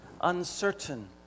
uncertain